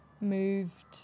moved